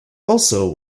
also